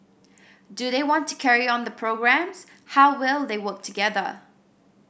do they want to carry on the programmes how well will they work together